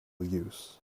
use